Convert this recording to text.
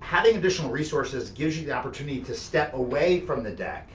having additional resources gives you the opportunity to step away from the deck